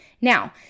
Now